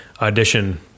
audition